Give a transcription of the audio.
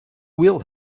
will